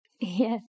Yes